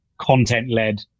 content-led